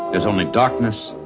there's only darkness,